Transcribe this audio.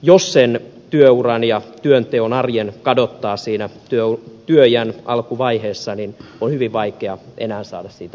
jos sen työuran ja työnteon arjen kadottaa siinä työiän alkuvaiheessa on hyvin vaikea enää saada siitä uutta otetta